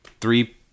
three